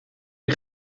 die